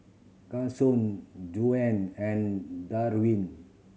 Cason Juwan and Darvin